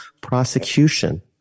prosecution